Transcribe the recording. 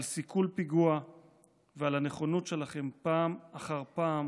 על סיכול פיגוע ועל הנכונות שלכם פעם אחר פעם